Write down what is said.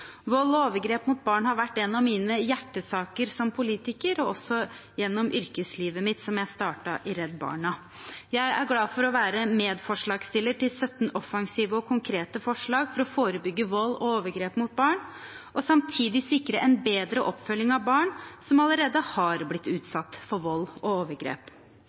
Vold og overgrep mot barn har vært en av mine hjertesaker som politiker, og også gjennom yrkeslivet mitt, som jeg startet i Redd Barna. Jeg er glad for å være medforslagsstiller til 17 offensive og konkrete forslag for å forebygge vold og overgrep mot barn og samtidig sikre en bedre oppfølging av barn som allerede har blitt utsatt for vold og overgrep.